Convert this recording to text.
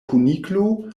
kuniklo